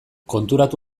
konturatu